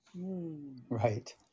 Right